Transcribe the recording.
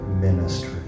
ministry